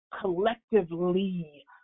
collectively